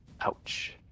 Ouch